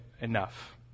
enough